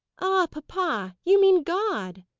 ah, papa! you mean god.